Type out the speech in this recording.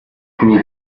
grew